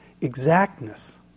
exactness